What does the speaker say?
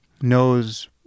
knows